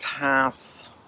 pass